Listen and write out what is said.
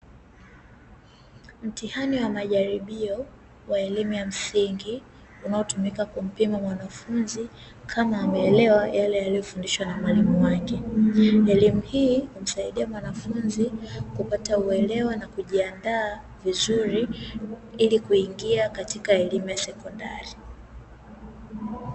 Mtihani wa majaribio wa elimu ya msingi, unaotumika kumpima mwanafunzi kama ameelewa yale aliyofundishwa na mwalimu wake; elimu hii humsaidia mwanafunzi kupata uelewa na kujiandaa vizuri, ili kuingia katika elimu ya sekondari.